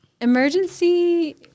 emergency